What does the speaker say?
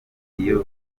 iyo